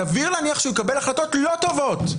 סביר להניח שהוא יקבל החלטות לא טובות,